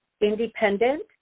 independent